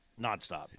nonstop